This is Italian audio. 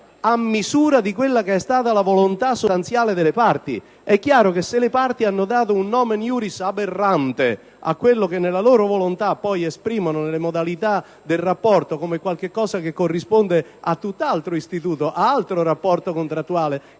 a misura della volontà sostanziale delle parti. Se le parti hanno dato un *nomen iuris* aberrante a quello che, nella loro volontà, esprimono nelle modalità del rapporto come qualcosa che corrisponde a tutt'altro istituto, ad altro rapporto contrattuale